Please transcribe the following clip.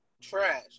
Trash